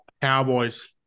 Cowboys